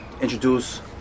Introduce